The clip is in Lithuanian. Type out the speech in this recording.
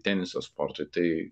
teniso sportui tai